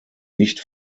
nicht